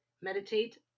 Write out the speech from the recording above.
Meditate